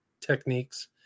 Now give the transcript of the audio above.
techniques